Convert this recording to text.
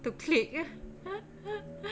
to click